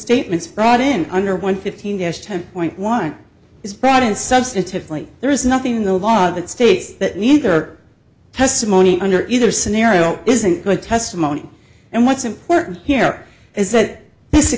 statements brought in under one fifteen there's ten point one is brought in substantively there is nothing in the law that states that neither testimony under either scenario isn't good testimony and what's important here is that this a